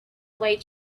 way